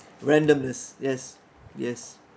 randomness yes yes